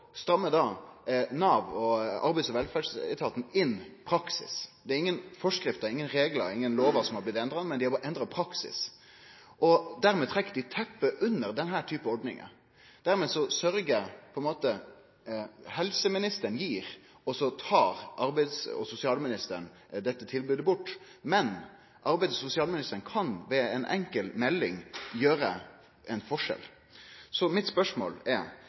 Nav og Arbeids- og velferdsetaten inn praksisen. Det er ingen forskrifter, ingen regler, ingen lover som har blitt endra, men dei har endra praksisen. Dermed trekkjer dei teppet under denne typen ordningar. Helseministeren gir, og så tar arbeids- og sosialministeren dette tilbodet bort. Men arbeids- og sosialministeren kan ved ei enkel melding gjere ein forskjell. Spørsmålet mitt er: